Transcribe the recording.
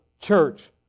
church